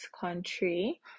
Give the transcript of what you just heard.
country